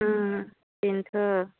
बेनोथ'